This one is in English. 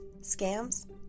scams